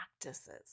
practices